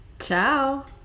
ciao